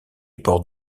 portes